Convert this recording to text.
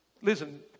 Listen